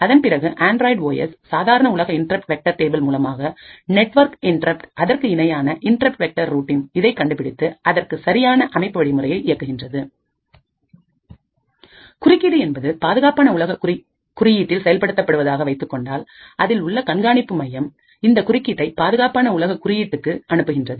அதன் பிறகு Android O S சாதாரண உலக இன்ரப்ட் வெக்டர் டேபிள் மூலமாக நெட்வொர்க் இன்ரப்ட் அதற்கு இணையான இன்ரப்ட் வெக்டர் ரூடின் இதை கண்டுபிடித்து அதற்கு சரியான அமைப்பு வழிமுறையை இயக்குகின்றது குறுக்கீடு என்பது பாதுகாப்பான உலக குறியீட்டில் செயல்படுவதாக வைத்துக்கொண்டால் அதில் உள்ள கண்காணிப்பு மையம் இந்த குறுக்கீட்டை பாதுகாப்பான உலக குறியீட்டுக்கு அனுப்புகின்றது